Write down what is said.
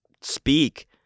speak